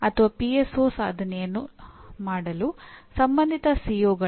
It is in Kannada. ಆದರೆ ಅವು ಶೈಕ್ಷಣಿಕವಾಗಿ ಸ್ವಾಯತ್ತ ಸಂಸ್ಥೆಗಳು